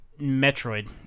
Metroid